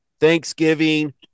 Thanksgiving